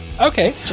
Okay